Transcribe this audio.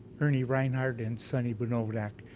ernie reinhardt and sonny badovinac.